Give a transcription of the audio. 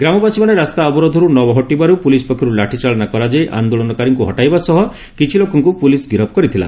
ଗ୍ରାମବାସୀମାନେ ରାସ୍ତା ଅବରୋଧରୁ ନ ହଟିବାରୁ ପୁଲିସ୍ ପକ୍ଷରୁ ଲାଠିଚାଳନା କରାଯାଇ ଆଦୋଳନକାରୀଙ୍କୁ ହଟାଇବା ସହ କିଛି ଲୋକଙ୍କୁ ପୁଲିସ୍ ଗିରଫ କରିଥିଲା